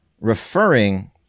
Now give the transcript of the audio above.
referring